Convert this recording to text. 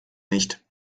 nicht